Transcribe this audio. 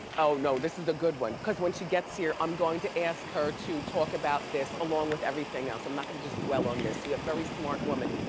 oh no, this is a good one cause when she gets here i'm going to ask her to talk about this along with everything everything else. i'm not gonna just dwell on this. very smart woman,